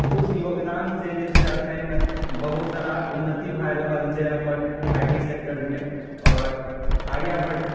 उस योगदान से जे छै से अखन बहुत सारा उन्नति भए रहल छै हमर आई टी सेक्टरमे आओर आर्याभट्ट